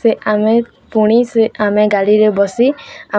ସେ ଆମେ ପୁଣି ସେ ଆମେ ଗାଡ଼ିରେ ବସି